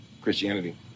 christianity